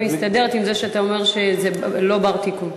מסתדרת עם זה שאתה אומר שזה לא בר-תיקון.